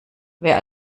wer